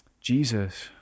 Jesus